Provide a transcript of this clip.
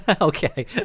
okay